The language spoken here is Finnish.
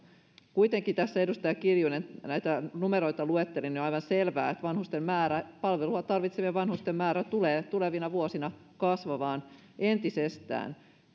kuitenkin kun tässä edustaja kiljunen näitä numeroita luetteli on aivan selvää että palvelua tarvitsevien vanhusten määrä tulee tulevina vuosina kasvamaan entisestään